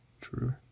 True